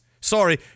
Sorry